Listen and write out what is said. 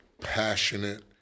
passionate